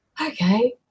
Okay